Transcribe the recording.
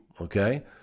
okay